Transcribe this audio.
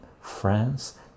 France